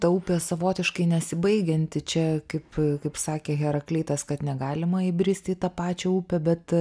ta upė savotiškai nesibaigianti čia kaip kaip sakė heraklitas kad negalima įbristi į tą pačią upę bet